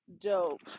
Dope